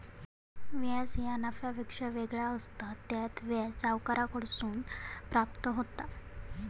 व्याज ह्या नफ्यापेक्षा वेगळा असता, त्यात व्याज सावकाराकडसून प्राप्त होता